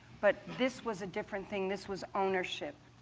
but this was a different thing, this was ownership.